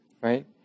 Right